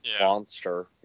Monster